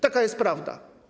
Taka jest prawda.